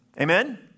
Amen